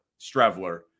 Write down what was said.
Strevler